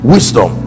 Wisdom